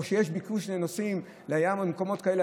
וכשיש ביקוש של נוסעים לים או למקומות כאלה,